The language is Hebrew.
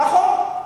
נכון.